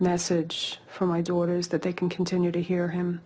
message for my daughters that they can continue to hear him